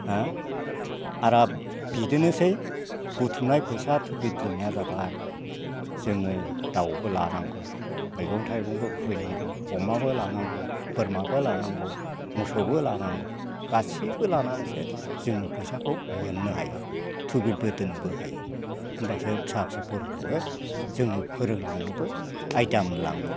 हा आरो बिदिनोसै बुथुमनाय फैसा थुबुर दोननाया जाबाय जोङो दाउबो लानांगौ मैगं थाइगंबो खुबैनांगौ अमाबो लानांगौ बोरमाबो लानांगौ मोसौबो लानांगौ गासैबो लानानैसो जोङो फैसाखौ मोननो हायो थुबिलबो दोननोबो हायो होम्बासो फिसा फिसौफोरखौ जोङो फोरोंलांनोबो आयदा मोनलाङो